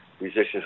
musicians